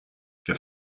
der